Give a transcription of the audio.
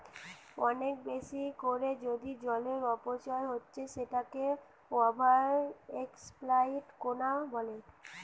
অনেক বেশি কোরে যদি জলের অপচয় হচ্ছে সেটাকে ওভার এক্সপ্লইট কোরা বলে